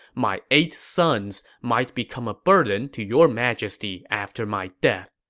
my eight sons might become a burden to your majesty after my death.